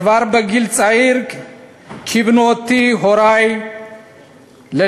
כבר בגיל צעיר כיוונו אותי הורי ללימודים,